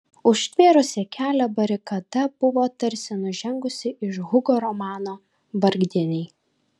užtvėrusi kelią barikada buvo tarsi nužengusi iš hugo romano vargdieniai